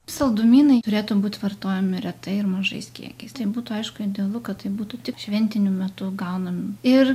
saldumynai turėtų būt vartojami retai ir mažais kiekiais tai būtų aišku idealu kad tai būtų tik šventiniu metu gaunam ir